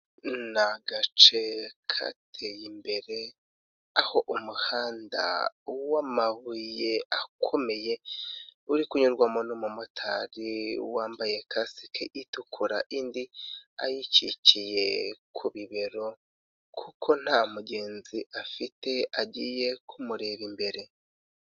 Ni agace kateye imbere aho umuhanda w'amabuye akomeye uri kunyurwamo n'umumotari wambaye kasike itukura indi ayicikiye ku bibero, kuko nta mugenzi afite agiye kumureba imbere.